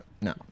no